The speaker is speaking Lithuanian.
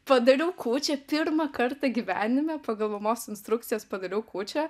padariau kūčią pirmą kartą gyvenime pagal mamos instrukcijas padariau kūčią